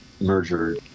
merger